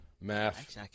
Math